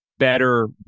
Better